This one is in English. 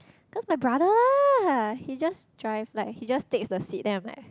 cause my brother lah he just drives like he just takes the seat then I'm like